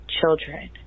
children